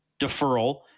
deferral